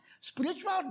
Spiritual